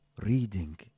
reading